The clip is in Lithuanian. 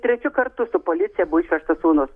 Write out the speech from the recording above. trečiu kartu su policija buvo išvežtas sūnus